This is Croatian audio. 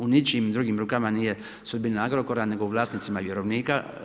U ničijim drugim rukama nije sudbina Agrokora nego u vlasnicima vjerovnika.